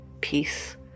peace